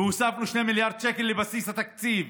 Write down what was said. הוספנו 2 מיליארד שקל לבסיס התקציב.